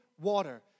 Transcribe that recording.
water